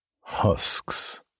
Husks